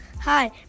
Hi